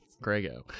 Grego